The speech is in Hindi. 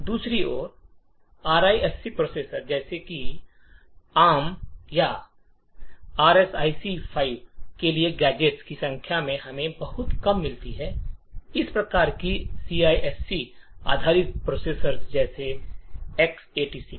दूसरी ओर आरआईएससी प्रोसेसर जैसे कि एआरएम या आरआईएससी वी के लिए गैजेट्स की संख्या जो हमें बहुत कम मिलती है इस प्रकार से सीआईएससी आधारित प्रोसेसर जैसे एक्स 86